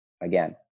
again